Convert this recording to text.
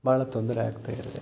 ಭಾಳ ತೊಂದರೆ ಆಗ್ತಾಯಿದೆ